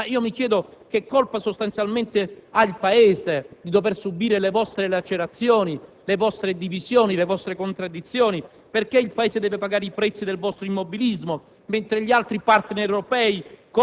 mi chiedo però: che colpa ha il Paese per dover subire le vostre lacerazioni, le vostre divisioni, le vostre contraddizioni? Perché il Paese deve pagare il prezzo del vostro immobilismo, mentre gli altri *partners* europei